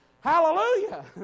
Hallelujah